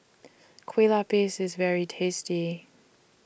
Kueh Lapis IS very tasty